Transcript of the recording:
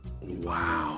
Wow